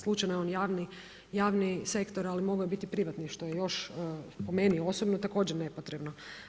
Slučajno javni sektora, ali mogao je biti privatni što je još po meni, osobno, također nepotrebno.